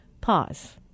pause